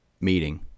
meeting